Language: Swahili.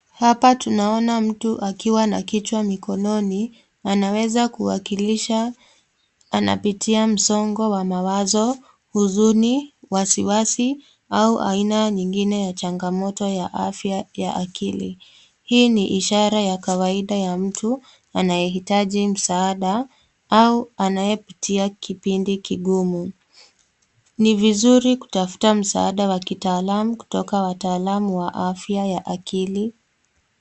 Hapa tunaona mtu akiwa na kichwa mkononi anaweza kuwakilisha msongo wa mawazo, huzuni, wasiwasi au aina nyiniya changamoto ya afya ya akili. Hii ni ishara ya kawaida ya mtu anayehitaji msaada au anayepitia kipindi kigumu. Ni vizuri kutafuta msaada wa kitaalamu kutoka kwa wataalam wa afya ya akili.